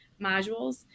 modules